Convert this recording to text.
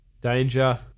Danger